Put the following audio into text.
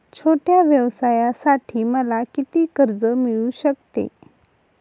छोट्या व्यवसायासाठी मला किती कर्ज मिळू शकते?